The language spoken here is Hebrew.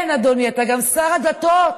כן, אדוני, אתה גם שר הדתות.